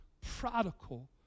prodigal